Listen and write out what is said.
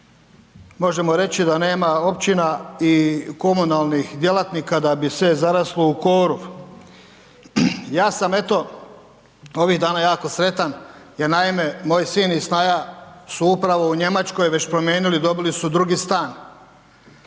možemo reći da nema općina i komunalnih djelatnika da bi sve zaraslo u korov. Ja sam eto, ovih dana jako sretan jer naime, moj sin i snaha su upravo u Njemačkoj već promijenili, dobili su drugi stan,